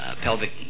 pelvic